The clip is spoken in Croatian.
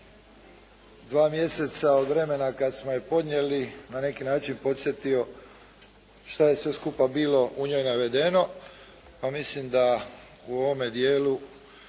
dva mjeseca od vremena kad smo je podnijeli na neki način podsjetio šta je sve skupa bilo u njoj navedeno pa mislim da u ovome dijelu